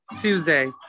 Tuesday